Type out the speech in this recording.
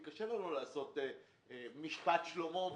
קשה לנו לעשות משפט שלמה,